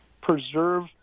preserve